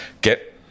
get